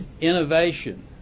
Innovation